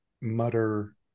mutter